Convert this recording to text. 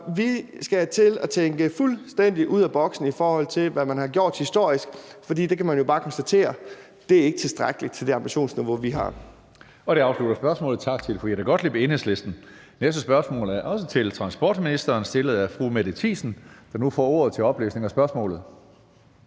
vi skal til at tænke fuldstændig ud af boksen, i forhold til hvad man har gjort historisk. For man kan jo bare konstatere, at det ikke har været tilstrækkeligt i forhold til det ambitionsniveau, vi har.